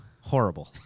Horrible